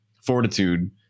fortitude